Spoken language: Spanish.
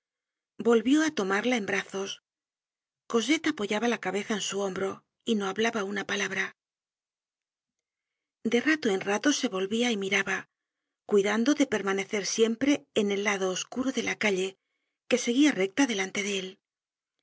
volvió á tomarla en brazos cosette apoyaba la cabeza en su hombro y no hablaba una palabra de rato en rato se volvía y miraba cuidando de permanecer siempre en el lado oscuro de la calle que seguía recta delante de él